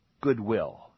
goodwill